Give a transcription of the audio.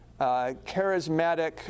charismatic